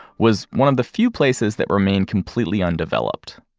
was one of the few places that remained completely undeveloped.